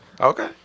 Okay